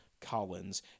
Collins